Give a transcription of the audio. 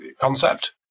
concept